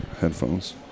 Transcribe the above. headphones